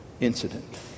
incident